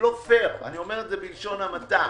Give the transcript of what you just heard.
לא פייר, בלשון המעטה.